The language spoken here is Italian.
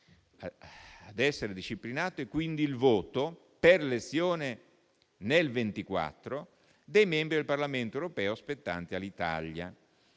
Ad essere disciplinato è quindi il voto, per l'elezione nel 2024 dei membri del Parlamento europeo spettanti all'Italia,